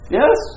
yes